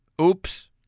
Oops